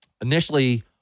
initially